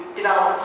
develop